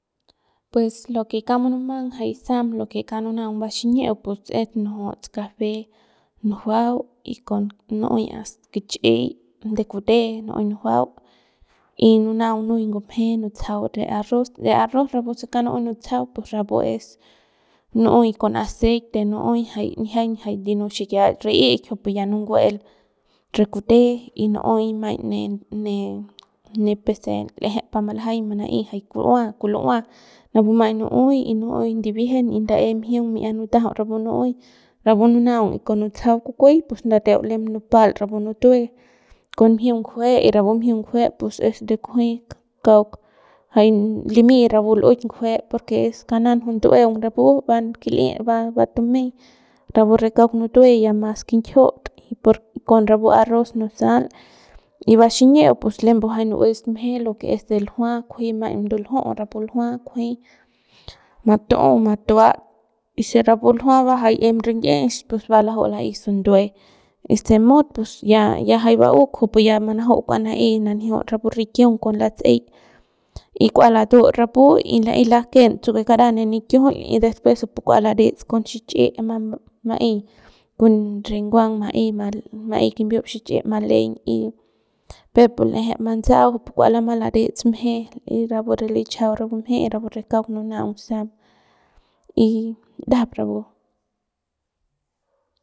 Pues lo que kauk munumang jay sam lo que kauk nunaung baxiñi'iu pues es nujuts café nujuau y con nu'uey as kichi'y de kute nu'uey nujuau y nunaung nuy ngumje nutsajau re arroz re arroz se kauk nu'uey nutsajauy pus rapu es nu'uey con aceite nu'uey jay nijiañ yino xikiach ri'ik kujupu ya nuguel re kute y nu'uey maiñ ne ne ne pese l'eje malajaiñ mana'ey jay ku'ua jay kulu'ua napu maiñ nu'uey y nu'uey ndibiejen y ndae mjiung mi'a nutajau rapu nu'uey rapu nunaung y con nutsajau kukuey pus ndateu lem nupal rapu nutue con mjiun ngujue y rapu mjiung ngujue pus es de kunji kauk limy rapu lu'uik ngujue porque es kanan rapu ndu'ueung rapu va kil'i va va tumey rapu re kauk nutue ya mas kinjiut y por rapu arroz nusal y vaxiñi'iu pus lembu jay nu'ues mje de lo que es de ljua rapu kujuima ndulju'u rapu ljua kunji matu'u matuat y si rapu ljua va jay em ringi'ix pus va jay laju'u la'ey sundue y si mut pus ya ya jay ba'u kujupu ya jay manaju manaey kua mananjiuts rapu rikiung con latse'ey y kua latut rapu y la'ey laken tsukuet kara ne nikijiul y después kujupu kua larets con xich'i ma'ey con re nguang maey kimbiup xichi maleiñ y peuk pu l'eje mantsa'au kujupu kua lama larets mje y rapu re lichajau rapu mje y rapu re kauk nunaung sam y ndajap rapu.